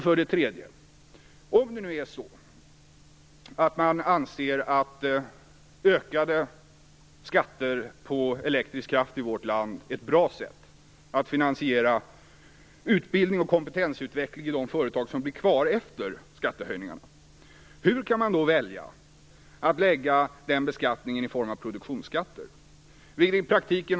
För det tredje: Om man nu anser att ökade skatter på elektrisk kraft i vårt land är ett bra sätt att finansiera utbildning och kompetensutveckling i de företag som blir kvar efter skattehöjningarna, hur kan man då välja en beskattning i form av produktionsskatter?